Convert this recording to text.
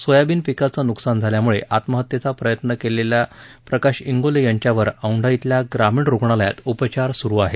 soybean पिकाचं नुकसान झाल्यामुळे आत्महत्येचा प्रयत्न केलेल्या प्रकाश जीले यांच्यावर औढा खिल्या ग्रामीण रुग्णालयात उपचार सुरू आहेत